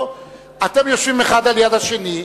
אתם יושבים אחד ליד השני,